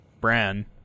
Bran